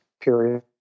period